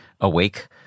awake